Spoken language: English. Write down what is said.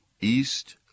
east